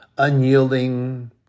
unyielding